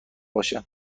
باشه